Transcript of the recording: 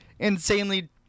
Insanely